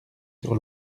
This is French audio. sur